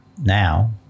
now